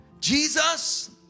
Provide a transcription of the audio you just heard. Jesus